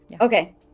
Okay